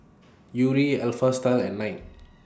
Yuri Alpha Style and Knight